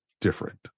different